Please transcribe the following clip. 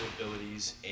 abilities